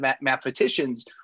mathematicians